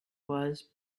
was